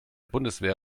bundeswehr